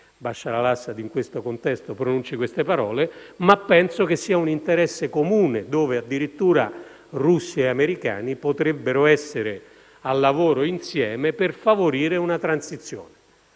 sia facile che in tale contesto egli pronunci queste parole, ma penso sia un interesse comune in cui addirittura russi e americani potrebbero essere al lavoro insieme per favorire una transizione.